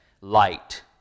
light